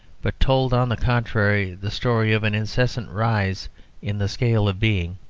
but told, on the contrary, the story of an incessant rise in the scale of being,